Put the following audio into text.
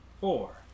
four